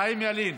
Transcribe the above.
חיים ילין.